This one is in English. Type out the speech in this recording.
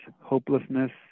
hopelessness